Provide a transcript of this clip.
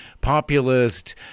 populist